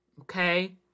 okay